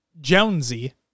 Jonesy